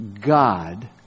God